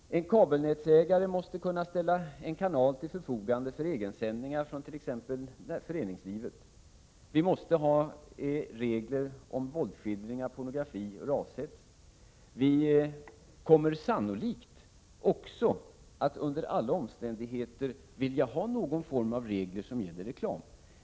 En kabelnätsägare måste kunna ställa en kanal till förfogande för egensändningar från t.ex. föreningslivet. Vi måste ha regler om våldsskildringar, pornografi och rashets. Vi kommer sannolikt också att under alla omständigheter vilja ha någon form av regler som gäller reklam.